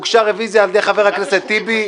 הוגשה רביזיה על-ידי חבר הכנסת טיבי.